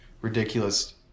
ridiculous